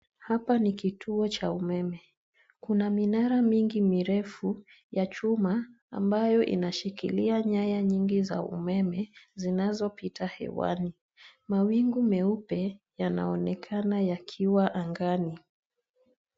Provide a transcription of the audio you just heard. Hapa ni kituo cha umeme. Kuna minara mingi mirefu ya chuma ambayo inashikilia nyaya nyingi za umeme zinazopita hewani. Mawingu meupe yanaonekana yakiwa angani.